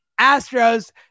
Astros